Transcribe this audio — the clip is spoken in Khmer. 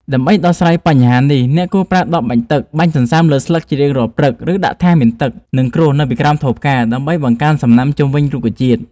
ដើម្បីដោះស្រាយបញ្ហានេះ អ្នកគួរប្រើដបបាញ់ទឹក បាញ់សន្សើមលើស្លឹកជារៀងរាល់ព្រឹក ឬដាក់ថាសមានទឹក និងក្រួសនៅពីក្រោមថូផ្កា ដើម្បីបង្កើនសំណើមជុំវិញរុក្ខជាតិ។